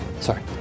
Sorry